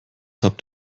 habt